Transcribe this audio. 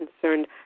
concerned